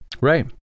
right